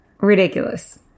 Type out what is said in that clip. Ridiculous